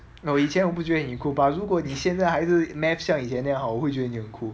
no 以前我不觉得你很 cool but 如果你现在像以前那样好我会觉得你很 cool